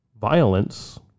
Violence